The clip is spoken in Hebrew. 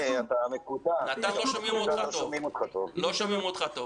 לא שומעים אותך טוב.